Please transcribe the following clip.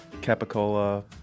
capicola